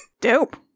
Dope